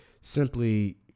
simply